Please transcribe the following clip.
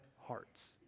hearts